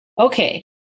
Okay